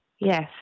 Yes